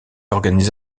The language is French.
organisé